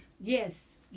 Yes